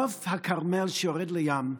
נוף הכרמל, שיורד לים,